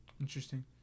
Interesting